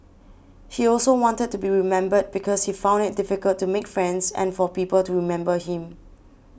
he also wanted to be remembered because he found it difficult to make friends and for people to remember him